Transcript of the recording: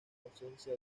ausencia